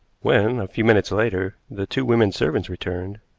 when, a few minutes later, the two women servants returned,